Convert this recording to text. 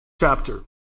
chapter